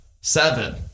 Seven